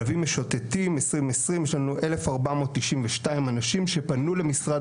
כלבים משוטטים 2020 יש לנו 1,492 אנשים שפנו למשרד